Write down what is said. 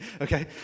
okay